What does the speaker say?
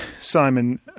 Simon